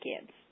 kids